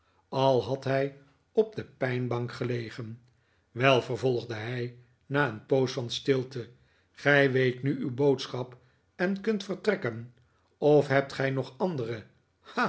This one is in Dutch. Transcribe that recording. al had hij op de pijnbank gelegen wel vervolgde hij na een poos van stilte gij weet nu uw boodschap en kunt vertrekken of hebt gij nog andere